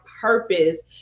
purpose